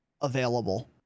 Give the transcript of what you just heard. available